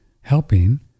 helping